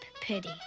pity